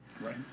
Right